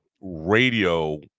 radio